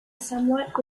somewhat